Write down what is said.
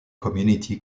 community